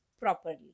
properly